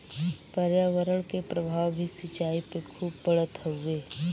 पर्यावरण के प्रभाव भी सिंचाई पे खूब पड़त हउवे